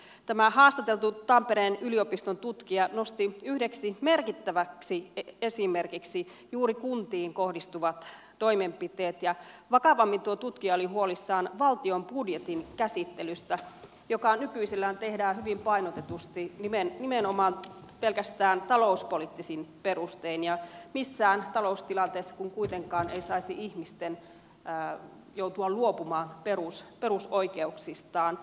tämä haastateltu tampereen yliopiston tutkija nosti yhdeksi merkittäväksi esimerkiksi juuri kuntiin kohdistuvat toimenpiteet ja vakavammin tuo tutkija oli huolissaan valtion budjetin käsittelystä joka nykyisellään tehdään hyvin painotetusti nimenomaan pelkästään talouspoliittisin perustein ja missään taloustilanteessa ihmiset eivät kuitenkaan saisi joutua luopumaan perusoikeuksistaan